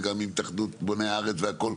וגם עם התאחדות בוני הארץ והכל.